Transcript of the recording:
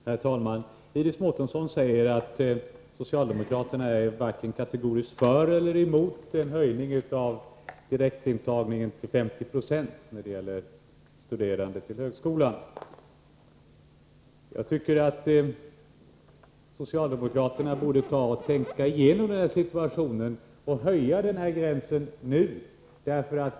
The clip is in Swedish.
Herr talman! Iris Mårtensson säger att socialdemokraterna varken är kategoriskt för eller emot en höjning av direktantagningen till 50 90 när det gäller studerande till högskolan. Jag tycker att socialdemokraterna borde tänka igenom situationen och höja gränsen nu.